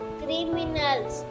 criminals